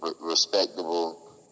respectable